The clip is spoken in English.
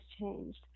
changed